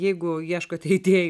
jeigu ieškote idėjų